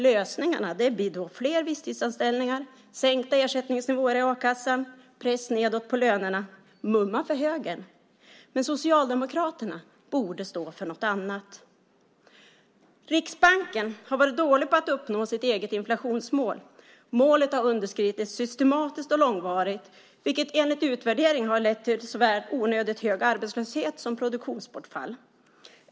Lösningarna blir fler visstidsanställningar, sänkta ersättningsnivåer i a-kassan och press nedåt på lönerna. Det är mumma för högern, men socialdemokraterna borde stå för något annat. Riksbanken har varit dålig på att uppnå sitt eget inflationsmål. Målet har systematiskt och långvarigt underskridits, vilket enligt utvärdering har lett till såväl onödigt hög arbetslöshet som produktionsbortfall.